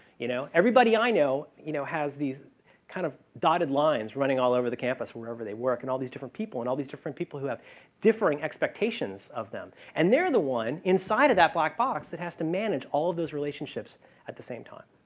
you know. everybody i know, you know, has this kind of dotted lines running all over the campus wherever they work and all these different people and all these different people who have different expectations of them. and they're the one inside of that black box that has to manage all of those relationships at the same time.